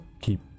keep